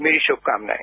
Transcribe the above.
मेरी शुभकामनाएं